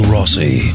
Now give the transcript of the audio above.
Rossi